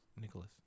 Nicholas